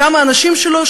גם האנשים שלו,